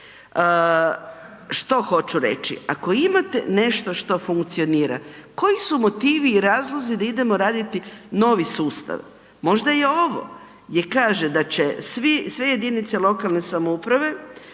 Što hoću reći? Ako imate nešto što funkcionira, koji su motivi i razlozi da idemo raditi novi sustav? Možda je ovo gdje kaže da će svi, sve jedinice lokalne samouprave